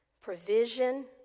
provision